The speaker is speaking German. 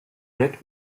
red